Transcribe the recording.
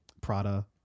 Prada